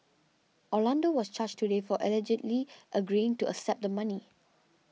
Orlando was charged today for allegedly agreeing to accept the money